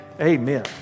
Amen